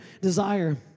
desire